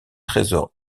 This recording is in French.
trésor